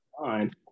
fine